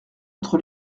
notre